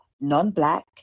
non-black